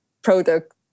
product